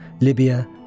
Libya